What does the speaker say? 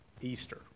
Easter